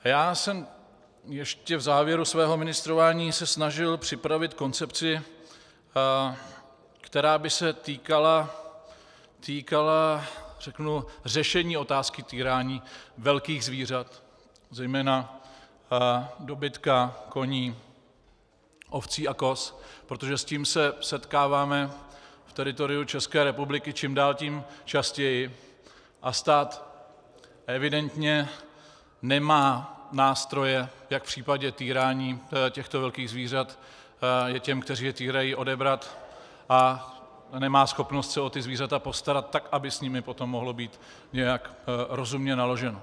Já jsem ještě v závěru svého ministrování se snažil připravit koncepci, která by se týkala řešení otázky týrání velkých zvířat, zejména dobytka, koní, ovcí a koz, protože s tím se setkáváme v teritoriu České republiky čím dál tím častěji a stát evidentně nemá nástroje, jak v případě týrání těchto velkých zvířat je těm, kteří je týrají, odebrat, a nemá schopnost se o ta zvířata postarat tak, aby s nimi potom mohlo být nějak rozumně naloženo.